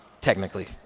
technically